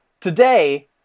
today